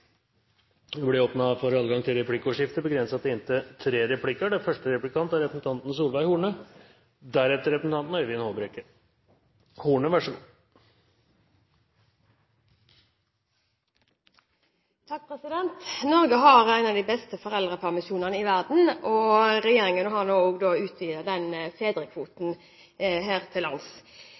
det blir nok folk i kommunene til å hjelpe disse ungene. Det blir replikkordskifte. Norge har en av de beste foreldrepermisjonene i verden, og regjeringen har nå også utvidet fedrekvoten her til lands.